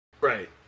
Right